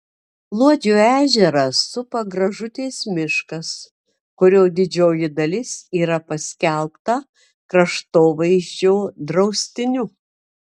luodžio ežerą supa gražutės miškas kurio didžioji dalis yra paskelbta kraštovaizdžio draustiniu